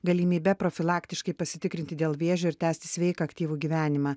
galimybe profilaktiškai pasitikrinti dėl vėžio ir tęsti sveiką aktyvų gyvenimą